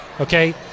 okay